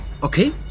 okay